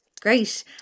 Great